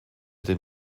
dem